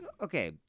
Okay